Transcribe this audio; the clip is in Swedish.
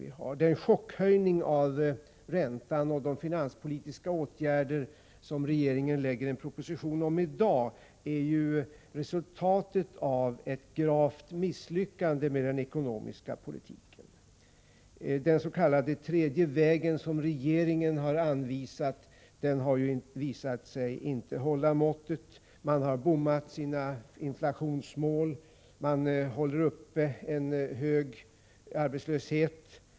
Chockhöjningen av räntan och de finanspolitiska åtgärderna i den proposition som regeringen lägger fram i dag är resultatet av ett gravt misslyckande med den ekonomiska politiken. Den s.k. tredje vägen, som regeringen har anvisat, håller ju inte måttet. Man har bommat sina inflationsmål. Man håller uppe en hög arbetslöshet.